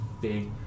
big